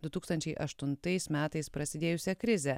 du tūkstančiai aštuntais metais prasidėjusią krizę